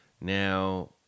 Now